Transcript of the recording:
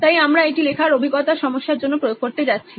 তাই আমরা এটি লেখার অভিজ্ঞতার সমস্যার জন্য প্রয়োগ করতে যাচ্ছি